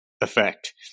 effect